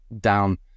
down